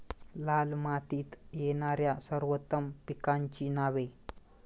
लाल मातीत येणाऱ्या सर्वोत्तम पिकांची नावे?